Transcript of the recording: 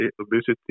obesity